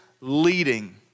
leading